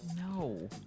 No